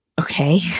okay